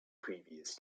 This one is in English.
previous